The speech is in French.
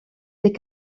des